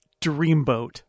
Dreamboat